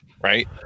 right